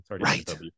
Right